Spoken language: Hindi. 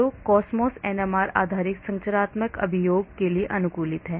तो COSMOS NMR आधारित संरचनात्मक अभियोग के लिए अनुकूलित है